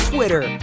Twitter